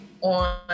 on